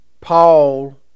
Paul